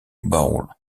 bowl